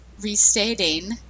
restating